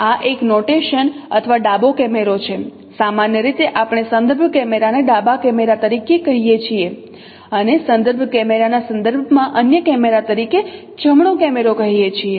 આ એક નોટેશન અથવા ડાબો કેમેરો છે સામાન્ય રીતે આપણે સંદર્ભ કેમેરાને ડાબા કેમેરા તરીકે કહીએ છીએ અને સંદર્ભ કેમેરાના સંદર્ભમાં અન્ય કેમેરા તરીકે જમણો કેમેરો કહીએ છીએ